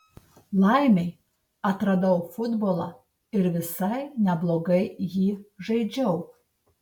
laimei atradau futbolą ir visai neblogai jį žaidžiau